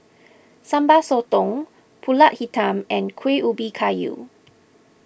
Sambal Sotong Pulut Hitam and Kuih Ubi Kayu